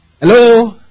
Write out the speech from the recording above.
Hello